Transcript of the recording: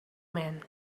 man